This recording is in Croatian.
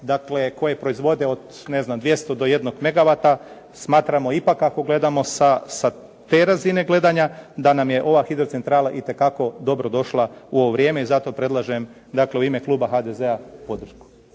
Dakle, koje proizvode od ne znam 200 do 1 megavata smatramo ipak ako gledamo sa te razine gledanja da nam je ova hidrocentrala itekako dobro došla u ovo vrijeme i zato predlažem, dakle u ime kluba HDZ-a podršku.